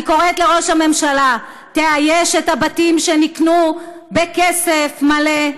אני קוראת לראש הממשלה: תאייש את הבתים שנקנו בכסף מלא,